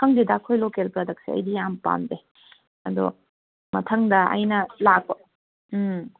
ꯈꯪꯗꯦꯗ ꯑꯩꯈꯣꯏ ꯂꯣꯀꯦꯜ ꯄ꯭ꯔꯗꯛꯁꯦ ꯑꯩꯗꯤ ꯌꯥꯝ ꯄꯥꯝꯖꯩ ꯑꯗꯣ ꯃꯊꯪꯗ ꯑꯩꯅ ꯎꯝ